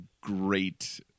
great